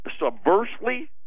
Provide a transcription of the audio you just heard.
subversely